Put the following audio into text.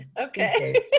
Okay